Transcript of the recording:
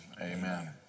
Amen